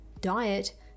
diet